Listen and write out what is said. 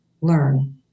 learn